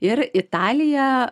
ir italija